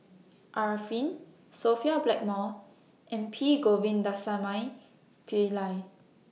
Arifin Sophia Blackmore and P Govindasamy Pillai